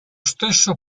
stesso